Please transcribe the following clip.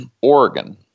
Oregon